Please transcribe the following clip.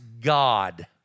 God